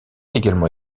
également